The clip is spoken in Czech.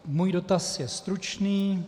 Můj dotaz je stručný.